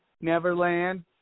Neverland